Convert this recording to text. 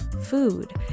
food